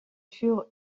furent